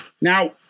Now